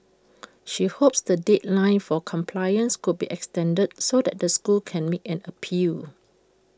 she hopes the deadline for compliance could be extended so that the school could make an appeal